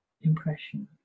impression